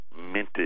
minted